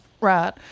Right